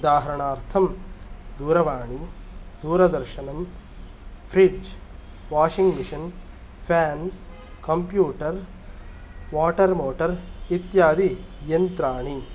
उदाहरणार्थं दूरवाणी दूरदर्शनं fridge washing machine fan computer water motor इत्यादि यन्त्राणि